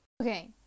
Okay